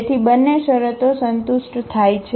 તેથી બંને શરતો સંતુષ્ટ થાય છે